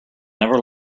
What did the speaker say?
never